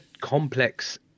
complex